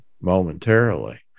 momentarily